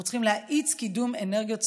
אנחנו צריכים להאיץ קידום אנרגיות סולריות.